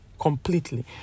completely